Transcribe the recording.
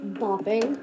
bopping